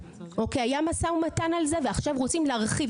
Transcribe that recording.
או כי היה משא ומתן על זה ועכשיו רוצים להרחיב,